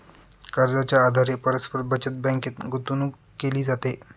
कर्जाच्या आधारे परस्पर बचत बँकेत गुंतवणूक केली जाते